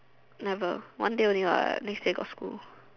never one day only what next day got school